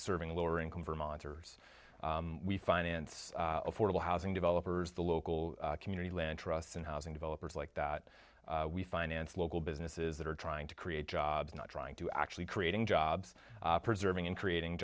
serving lower income vermonters we finance affordable housing developers the local community land trusts and housing developers like that we finance local businesses that are trying to create jobs not trying to actually creating jobs preserving and creating